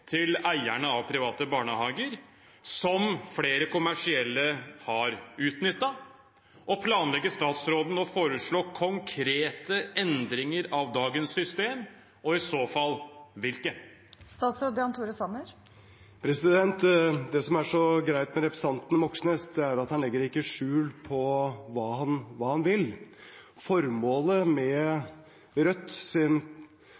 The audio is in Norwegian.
til eierne av private barnehager som flere kommersielle har utnyttet? Og planlegger statsråden å foreslå konkrete endringer av dagens system, og i så fall hvilke? Det som er så greit med representanten Moxnes, er at han ikke legger skjul på hva han vil. Formålet med